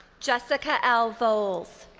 jessica l. volz.